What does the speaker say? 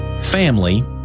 family